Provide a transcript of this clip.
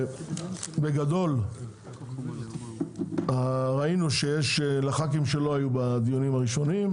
בגדול ראינו שיש לח"כים שלא היו בדיונים הראשונים,